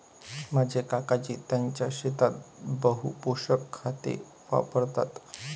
माझे काकाजी त्यांच्या शेतात बहु पोषक खते वापरतात